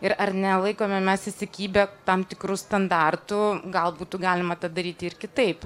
ir ar ne laikome mes įsikibę tam tikrų standartų gal būtų galima tą daryti ir kitaip